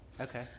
Okay